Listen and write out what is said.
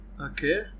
Okay